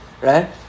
right